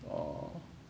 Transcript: oh